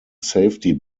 safety